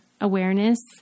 awareness